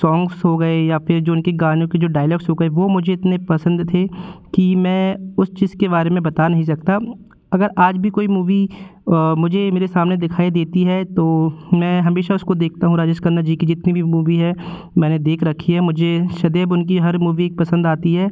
songs हो गए या फिर जो उनके गानों के जो डायलॉग्स हो गए वो मुझे इतने पसंद थे कि मैं उस चीज़ के बारे में बता नहीं सकता अगर आज भी कोई मूवी मुझे मेरे सामने दिखाई देती है तो मैं हमेशा उसको देखता हूँ राजेश खन्ना जी की जितनी भी मूवी है मैंने देख रखी है मुझे सदैव उनकी हर मूवी पसंद आती है